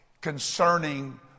concerning